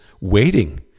waiting